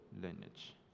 lineage